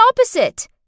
opposite